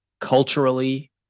Culturally